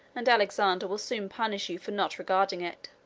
and alexander will soon punish you for not regarding it.